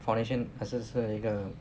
foundation 还是是那个